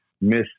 Miss